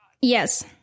Yes